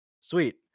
sweet